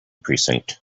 precinct